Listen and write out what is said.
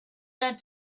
that